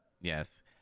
Yes